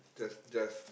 just just